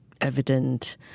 evident